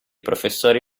professori